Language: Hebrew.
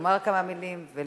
לומר כמה מלים ולברך.